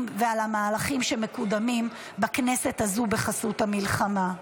ועל המהלכים שמקודמים בכנסת הזו בחסות המלחמה.